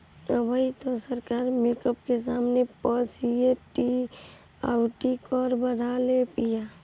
अबही तअ सरकार मेकअप के समाने पअ जी.एस.टी अउरी कर बढ़ा देले बिया